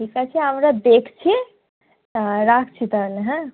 ঠিক আছে আমরা দেখছি রাখছি তাহলে হ্যাঁ